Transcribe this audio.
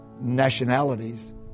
nationalities